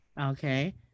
Okay